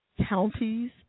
counties